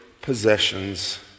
possessions